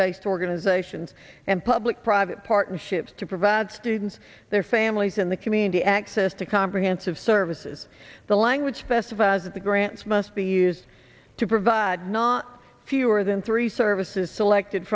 based organizations and public private partnerships to provide students their families and the community access to comprehensive services the language festivus of the grants must be used to provide not fewer than three services selected